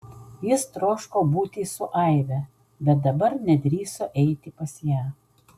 jis troško būti su aive bet dabar nedrįso eiti pas ją